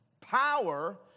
power